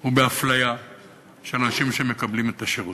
או באפליה של אנשים שמקבלים את השירות.